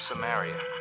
Samaria